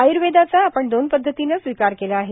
आय्र्वेदाचा आपण दोन पद्धतीन स्वीकार केला आहे